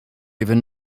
even